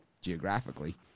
geographically